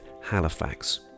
Halifax